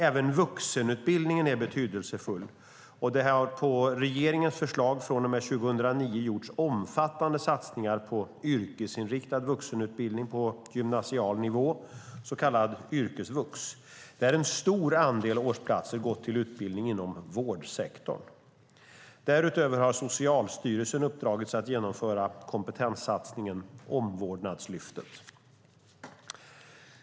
Även vuxenutbildningen är betydelsefull, och från och med 2009 har det på regeringens förslag gjorts omfattande satsningar på yrkesinriktad vuxenutbildning på gymnasial nivå, så kallad yrkesvux, där en stor andel årsplatser gått till utbildning inom vårdsektorn. Därutöver har Socialstyrelsen uppdragits att genomföra kompetenssatsningen Omvårdnadslyftet.